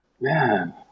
Man